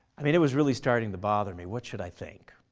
i mean it was really starting to bother me. what should i think?